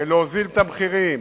להוזיל את המחירים